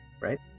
Right